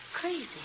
Crazy